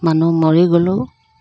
মানুহ মৰি গ'লেও